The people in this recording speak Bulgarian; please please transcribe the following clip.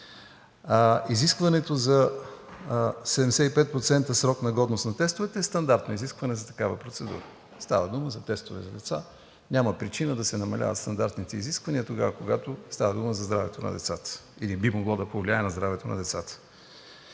Изискването за 75% срок на годност на тестовете е стандартно изискване за такава процедура. Става дума за тестове за деца. Няма причина да се намаляват стандартните изисквания тогава, когато става дума за здравето на децата или би могло да повлияе на здравето на децата.